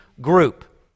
group